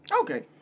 Okay